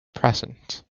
present